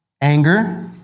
anger